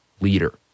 leader